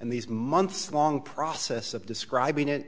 and these months long process of describing it